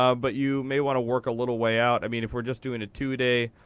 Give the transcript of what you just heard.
um but you may want to work a little way out. i mean, if we're just doing a two day,